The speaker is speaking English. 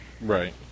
right